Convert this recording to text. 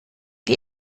die